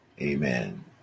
Amen